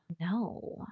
No